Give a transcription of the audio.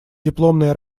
дипломная